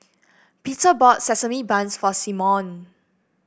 Peter bought sesame bangs for Simeon